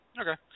Okay